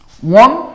one